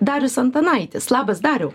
darius antanaitis labas dariau